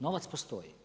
Novac postoji.